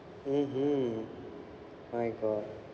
mmhmm my god